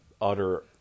utter